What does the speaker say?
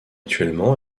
actuellement